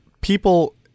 people